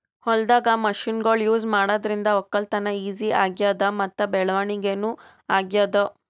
ಹೊಲ್ದಾಗ್ ಮಷಿನ್ಗೊಳ್ ಯೂಸ್ ಮಾಡಾದ್ರಿಂದ ವಕ್ಕಲತನ್ ಈಜಿ ಆಗ್ಯಾದ್ ಮತ್ತ್ ಬೆಳವಣಿಗ್ ನೂ ಆಗ್ಯಾದ್